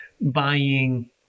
buying